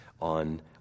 on